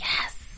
Yes